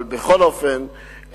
אבל בכל אופן,